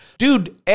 Dude